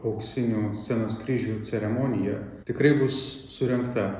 auksinių scenos kryžių ceremonija tikrai bus surengta